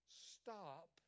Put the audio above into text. stop